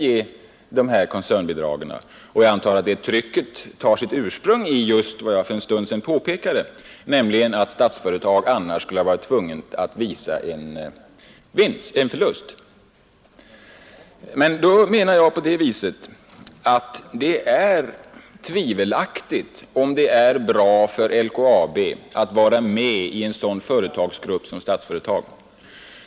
Jag antar att det trycket har sitt ursprung i det förhållande som jag för en stund sedan pekade på, nämligen att Statsföretag annars skulle ha tvingats att redovisa en förlust. Jag tror att det är tvivelaktigt om det är bra för LKAB att tillhöra Statsföretagsgruppen.